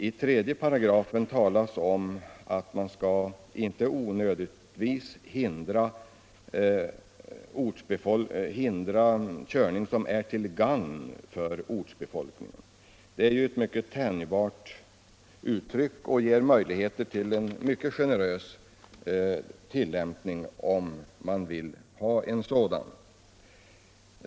I 3 § stadgas att man inte skall onödigtvis hindra körning som är till gagn för ortsbefolkningen. Det är en mycket tänjbar formulering, som ger möjlighet till en mycket generös tillämpning om myndigheten vill ha en sådan.